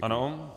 Ano.